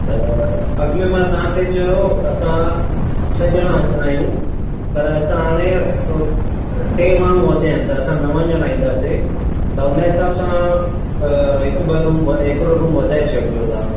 त अॻु में मां तव्हांखे चयो असां छह ॼणा अचिणा आहियूं पर असां हाणे टे माण्हू वधिया आहिनि त असां नव ॼणा ईंदासि त हुन हिसाबु सां हिकु ॿ रूम हिकिड़ो रूम वधाए छॾिजो तव्हां